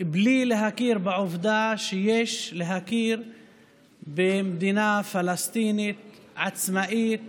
בלי להכיר בעובדה שיש להכיר במדינה פלסטינית עצמאית